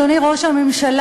אדוני ראש הממשלה,